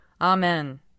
Amen